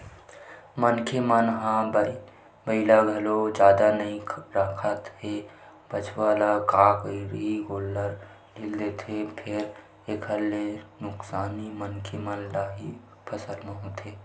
मनखे मन ह बइला घलोक जादा नइ राखत हे त बछवा ल का करही ए गोल्लर ढ़ील देथे फेर एखर ले नुकसानी मनखे मन ल होथे फसल म